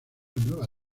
nueva